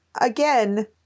Again